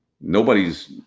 nobody's